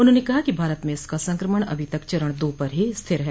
उन्होंने कहा कि भारत में इसका संक्रमण अभी तक चरण दो पर ही स्थिर है